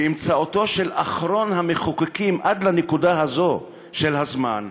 באמצעותו של אחרון המחוקקים עד לנקודה הזאת של הזמן,